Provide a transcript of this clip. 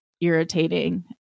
irritating